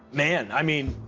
man, i mean,